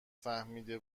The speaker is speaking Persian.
فهمیده